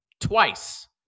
twice